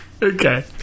Okay